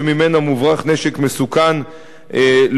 שממנה מוברח נשק מסוכן לאויבינו,